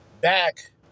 back